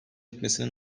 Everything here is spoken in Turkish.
etmesini